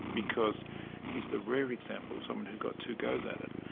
because he's the rare example of someone who got two goes at it.